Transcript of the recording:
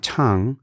tongue